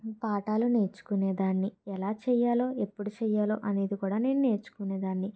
పాఠాలు నేర్చుకునే దాన్ని ఎలా చేయాలో ఎప్పుడు చేయాలో అనేది కూడా నేను నేర్చుకునేదాన్ని